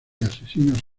asesinos